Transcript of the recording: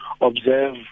observe